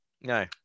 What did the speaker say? no